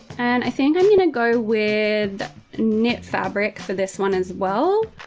and i think i'm gonna go with knit fabric for this one as well